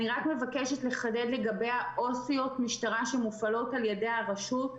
אני מבקשת לחדד לגבי עו"סיות משטרה שמופעלות על ידי הרשות,